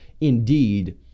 indeed